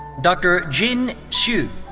dr. jin xu.